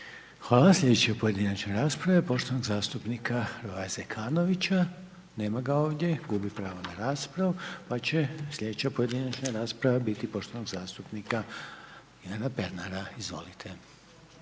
Hvala. Sljedeća pojedinačna rasprava je poštovanog zastupnika Hrvoja Zekanovića. Nema ga ovdje. Gubi pravo na raspravu pa će sljedeća pojedinačna rasprava biti poštovanog zastupnika Ivana Pernara, izvolite.